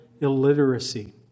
illiteracy